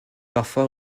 parfois